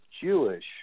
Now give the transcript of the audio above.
Jewish